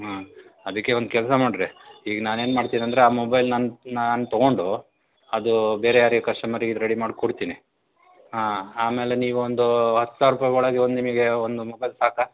ಹಾಂ ಅದಕ್ಕೆ ಒಂದು ಕೆಲಸ ಮಾಡಿರಿ ಈಗ ನಾನೇನು ಮಾಡ್ತೀನಂದ್ರೆ ಆ ಮೊಬೈಲ್ ನನ್ನ ನಾನು ತೊಗೊಂಡು ಅದು ಬೇರೆ ಯಾರಿಗೆ ಕಸ್ಟಮರಿಗೆ ಇದು ರೆಡಿ ಮಾಡ್ಕೊಡ್ತೀನಿ ಹಾಂ ಆಮೇಲೆ ನೀವು ಒಂದು ಹತ್ತು ಸಾವಿರ ರೂಪಾಯಿ ಒಳಗೆ ಒಂದು ನಿಮಗೆ ಒಂದು ಮೊಬೈಲ್ ಸಾಕಾ